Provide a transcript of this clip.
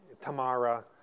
Tamara